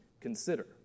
Consider